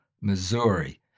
Missouri